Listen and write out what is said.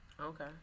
Okay